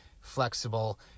flexible